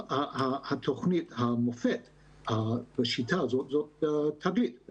תוכנית המופת לשיטה הזאת היא "תגלית".